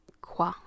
quoi